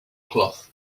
cloth